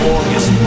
August